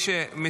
טוב, חברים,